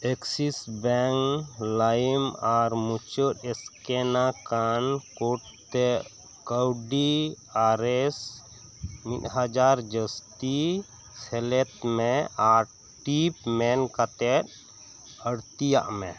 Axis bank ᱞᱟᱭᱤᱢ ᱟᱨ ᱢᱩᱪᱟᱹᱫ ᱥᱠᱮᱱᱟᱠᱟᱱ ᱠᱳᱰ ᱛᱮ ᱠᱟᱹᱣᱰᱤ ᱟᱨ ᱮᱥ ᱢᱤᱫ ᱦᱟᱡᱟᱨ ᱡᱟᱹᱥᱛᱤ ᱥᱮᱞᱮᱫ ᱢᱮ ᱟᱨ ᱴᱤᱯ ᱢᱮᱱ ᱠᱟᱛᱮᱜ ᱟᱲᱛᱤᱭᱟᱜ ᱢᱮ